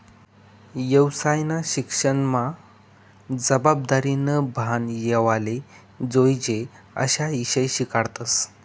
येवसायना शिक्सनमा जबाबदारीनं भान येवाले जोयजे अशा ईषय शिकाडतस